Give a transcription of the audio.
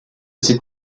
cette